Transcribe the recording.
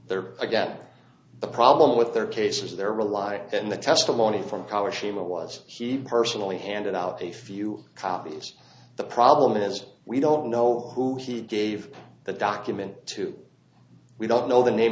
there again the problem with their case is there rely on the testimony from college team or was he personally handed out a few copies the problem is we don't know who he gave the document to we don't know the name